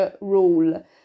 rule